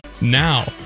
Now